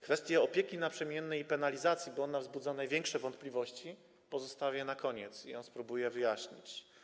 Kwestię opieki naprzemiennej i penalizacji, bo ona wzbudza największe wątpliwości, pozostawię na koniec i spróbuje ją wyjaśnić.